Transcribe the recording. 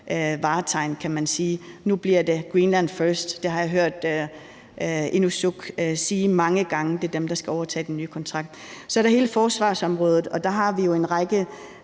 vartegn, kan man sige. Nu bliver det Greenland first. Det har jeg hørt Inuksuk sige mange gange. Det er Inuksuk, der skal overtage den nye kontrakt. Så er der hele forsvarsområdet, og der har vi jo en række